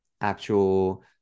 actual